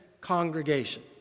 congregation